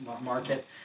market